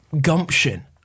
gumption